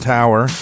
Tower